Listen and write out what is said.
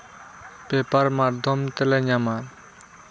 paper ᱢᱟᱫᱽᱫᱷᱚᱢ ᱛᱮᱞᱮ ᱧᱟᱢᱟ